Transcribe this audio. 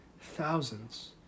thousands